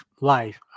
life